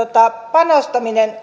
panostaminen